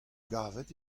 gavet